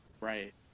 Right